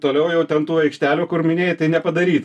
toliau jau ten tų aikštelių kur minėjai tai nepadaryta